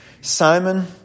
Simon